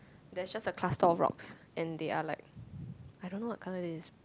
there's just a cluster of rocks and they are like I don't know what colour it is